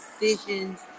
decisions